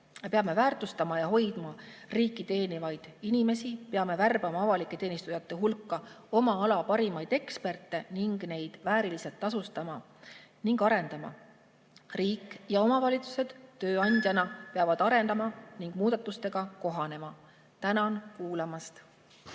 peame väärtustama ja hoidma riiki teenivaid inimesi, peame värbama avalike teenistujate hulka oma ala parimaid eksperte ning neid vääriliselt tasustama ja arendama. Riik ja omavalitsused tööandjana peavad arenema ning muudatustega kohanema. Tänan kuulamast!